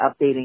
updating